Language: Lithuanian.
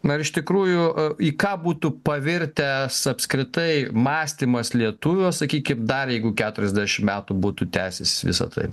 na ir iš tikrųjų į ką būtų pavirtęs apskritai mąstymas lietuvio sakykim dar jeigu keturiasdešim metų būtų tęsesis visa tai